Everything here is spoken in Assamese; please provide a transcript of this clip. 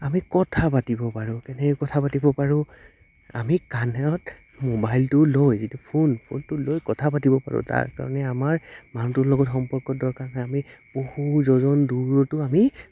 আমি কথা পাতিব পাৰোঁ কেনেকৈ কথা পাতিব পাৰোঁ আমি কাণত মোবাইলটো লৈ যিটো ফোন ফোনটো লৈ কথা পাতিব পাৰোঁ তাৰ কাৰণে আমাৰ মানুহটোৰ লগত সম্পৰ্ক দৰকাৰ নাই আমি বহু যজন দূৰতো আমি